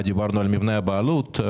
דיברנו על מבנה הבעלות.